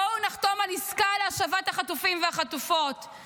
בואו נחתום על עסקה להשבת החטופים והחטופות,